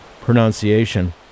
pronunciation